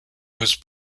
was